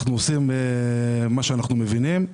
אנחנו עושים מה שאנחנו מבינים,